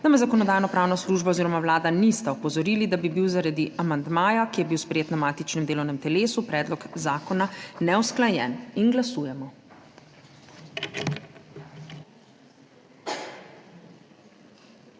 da me Zakonodajno-pravna služba oziroma Vlada nista opozorili, da bi bil zaradi amandmaja, ki je bil sprejet na matičnem delovnem telesu, predlog zakona neusklajen. Glasujemo.